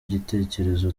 gitekerezo